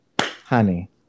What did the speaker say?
honey